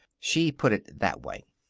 she put it that way.